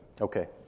Okay